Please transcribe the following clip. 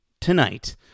tonight